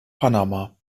panama